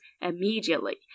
immediately